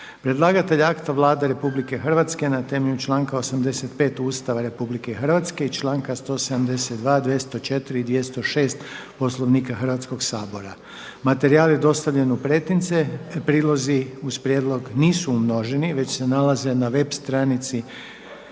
Predlagatelj akta je Vlada RH na temelju članka 85. Ustava RH i članka 172., 204. i 206. Poslovnika Hrvatskog sabora. Materijal je dostavljen u pretince. Prilozi uz prijedlog nisu umnoženi već se nalaze na web stranici Hrvatskog